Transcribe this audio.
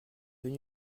venu